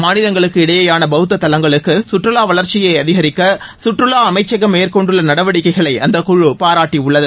மாநிலங்களுக்கு இடையேயான பௌத்த தலங்களுக்கு சுற்றுலா வளர்ச்சியை அதிகிக்க சுற்றுலா அமைச்சகம் மேற்கொண்டுள்ள நடவடிக்கைகளை அந்தக்குழு பாராட்டியுள்ளது